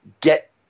get